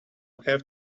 have